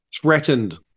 threatened